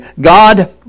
God